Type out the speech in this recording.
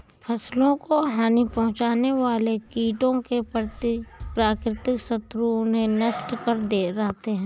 फसलों को हानि पहुँचाने वाले कीटों के प्राकृतिक शत्रु उन्हें नष्ट करते रहते हैं